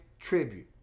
tribute